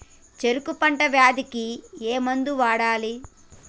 చెరుకు పంట వ్యాధి కి ఏ మందు వాడాలి?